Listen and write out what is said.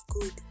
good